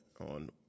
on